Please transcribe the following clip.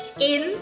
Skin